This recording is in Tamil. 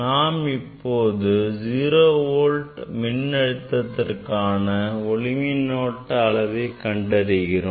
நாம் இப்போது 0V மின் அழுத்தத்திற்கான ஒளிமின்னோட்ட அளவை கண்டறிகிறோம்